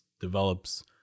develops